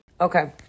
Okay